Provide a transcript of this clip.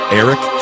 eric